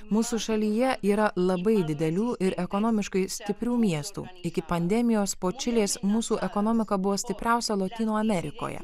mūsų šalyje yra labai didelių ir ekonomiškai stiprių miestų iki pandemijos po čilės mūsų ekonomika buvo stipriausia lotynų amerikoje